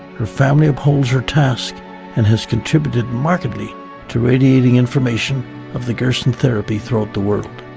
her family upholds her task and has contributed markedly to radiating information of the gerson therapy throughout the world.